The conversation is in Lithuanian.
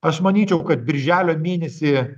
aš manyčiau kad birželio mėnesį